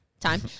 time